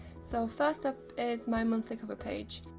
so first up is my monthly cover page.